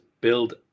build